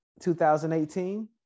2018